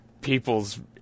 people's